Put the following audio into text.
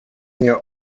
near